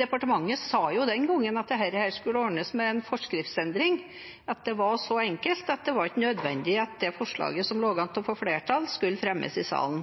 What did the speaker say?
Departementet sa jo den gangen at dette skulle ordnes med en forskriftsendring, at det var så enkelt at det ikke var nødvendig at det forslaget som lå an til å få flertall, skulle fremmes i salen.